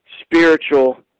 spiritual